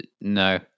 No